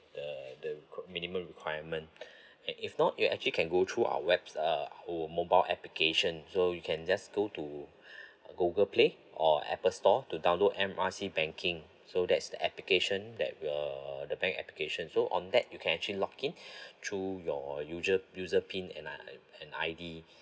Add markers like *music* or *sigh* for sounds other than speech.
the the minimum requirement *breath* and if not you actually can go through our web~ uh our mobile application so you can just go to *breath* google play or apple store to download M R C banking so that's the application that uh the bank application so on that you can actually login *breath* through your usual usual pin and I~ and I_D *breath*